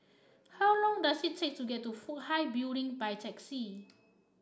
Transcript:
how long does it take to get to Fook Hai Building by taxi